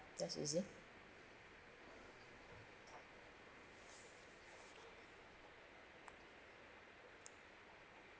that's easy